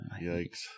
Yikes